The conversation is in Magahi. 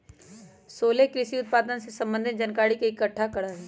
सोहेल कृषि उत्पादन से संबंधित जानकारी के इकट्ठा करा हई